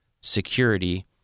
security